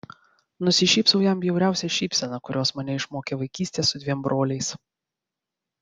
nusišypsau jam bjauriausia šypsena kurios mane išmokė vaikystė su dviem broliais